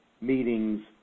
meetings